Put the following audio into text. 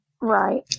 Right